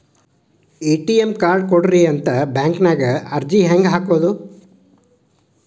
ATM card ಕೊಡ್ರಿ ಅಂತ ಬ್ಯಾಂಕ ನ್ಯಾಗ ಅರ್ಜಿ ಹೆಂಗ ಹಾಕೋದು?